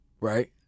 right